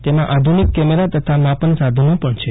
તેમાં આધુનિક કેમેરા તથા માપન સાધનો પણ છે